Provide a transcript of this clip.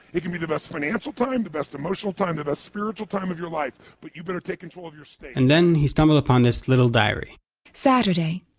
it could be the best financial time, the best emotional time, the best spiritual time of your life, but you better take control of your state and then, he stumbled upon this little diary saturday,